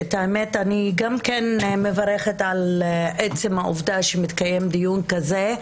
את האמת אני גם כן מברכת על עצם העובדה שמתקיים דיון כזה,